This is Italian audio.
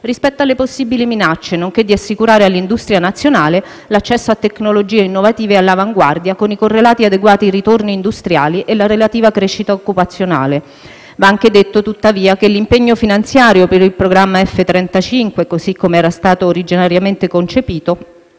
rispetto alle possibili minacce, nonché di assicurare all'industria nazionale l'accesso a tecnologie innovative e all'avanguardia con i correlati e adeguati ritorni industriali e la relativa crescita occupazionale. Va anche detto, tuttavia, che l'impegno finanziario per il programma F-35, così come era stato originariamente concepito,